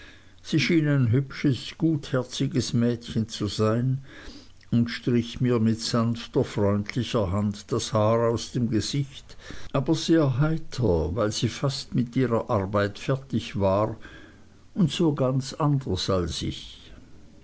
schien ein hübsches gutherziges mädchen zu sein und strich mir mit sanfter freundlicher hand das haar aus dem gesicht aber sehr heiter weil sie fast mit ihrer arbeit fertig war und so ganz anders als ich